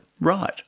right